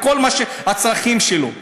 כל הצרכים שלו?